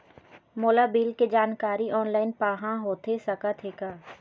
मोला बिल के जानकारी ऑनलाइन पाहां होथे सकत हे का?